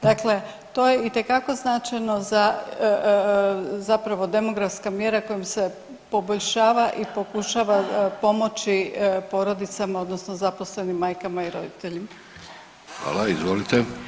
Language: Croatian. Dakle, to je itekako značajno za, zapravo demografska mjera kojom je poboljšava i pokušava pomoći porodicama odnosno zaposlenim majkama i roditeljima.